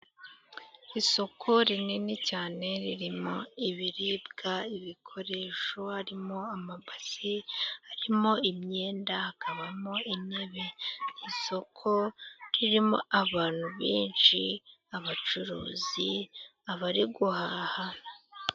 Isoko rinini cyane, ririmo: ibiribwa, ibikoresho, harimo amapaki, harimo imyenda, hakabamo intebe. Isoko ririmo abantu benshi, abacuruzi, abari guhaha.